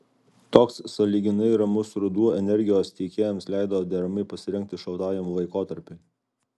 toks sąlyginai ramus ruduo energijos tiekėjams leido deramai pasirengti šaltajam laikotarpiui